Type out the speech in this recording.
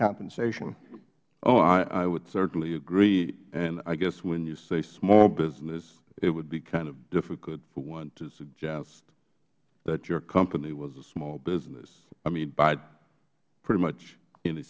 davis oh i would certainly agree and i guess when you say small business it would be kind of difficult for one to suggest that your company was a small business i mean by pretty much any